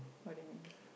what do you mean